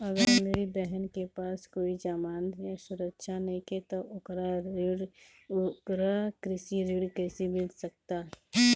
अगर मेरी बहन के पास कोई जमानत या सुरक्षा नईखे त ओकरा कृषि ऋण कईसे मिल सकता?